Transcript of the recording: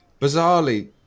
bizarrely